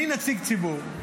אני נציג ציבור,